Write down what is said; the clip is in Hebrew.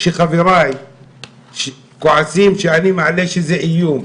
שחבריי כועסים שאני מעלה שזה איום.